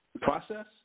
process